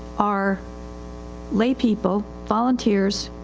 are lay people, volunteers,